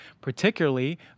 particularly